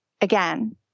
again